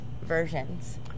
versions